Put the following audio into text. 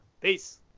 peace